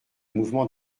mouvement